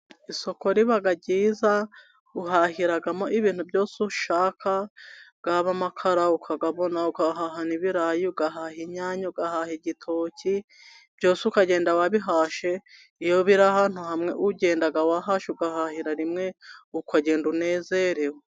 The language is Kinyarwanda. Isoko ribaga ryiza uhahiramo ibintu byose ushaka yaba amakara ukayabona, ibirayi, ugahaha inyanya, ugahaha igitoki, byose ukagenda wabihashe iyobera ahantu ugenda wahashe ugahahira rimwe ukagenda unezerewe.